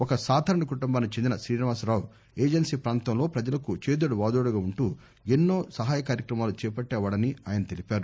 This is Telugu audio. ఒక సాధారణ కుటుంబానికి చెందిన శీనివాసరావు ఏజెన్సీ పాంతంలో ప్రపజలకు చేదోడు వాదోడుగా ఉంటూ ఎన్నో సహాయ కార్యక్రమాలు చేపట్టేవాడని ఆయన తెలిపారు